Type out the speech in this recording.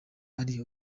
ari